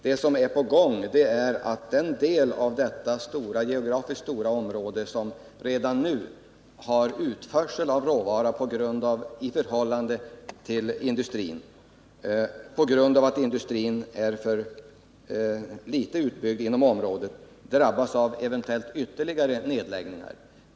Det som man nu befarar skall ske är att den del av detta geografiskt stora område, som redan nu har utförsel av råvara på grund av sitt förhållande till industrin och på grund av att industrin är otillräckligt utbyggd inom Västerbotten, drabbas av eventuella ytterligare nedläggningar.